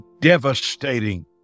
devastating